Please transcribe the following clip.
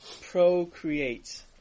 procreate